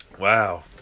Wow